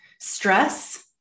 stress